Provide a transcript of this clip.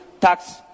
tax